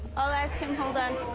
i'll ask him, hold on.